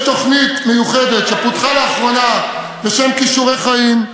יש תוכנית מיוחדת שפותחה לאחרונה, "כישורי חיים",